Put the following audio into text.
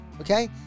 okay